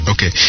Okay